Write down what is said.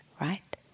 right